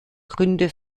gründe